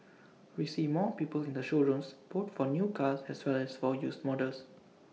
we see more people in the showrooms both for new cars as well as for used models